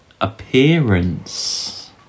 appearance